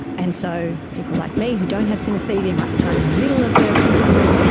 and so people like me who don't have synaesthesia might be kind of in the middle of the continuum,